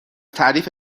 تعریف